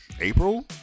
April